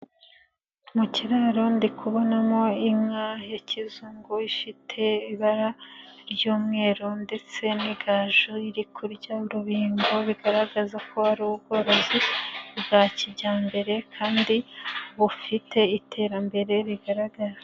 Mu kiraro ndi kubonamo inka ya kizungu ifite ibara ry'umweru ndetse n'igaju, iri kurya rubingo bigaragaza ko ari ubworozi bwa kijyambere kandi bufite iterambere rigaragara.